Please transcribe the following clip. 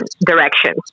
direction